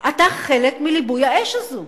אתה חלק מליבוי האש הזו.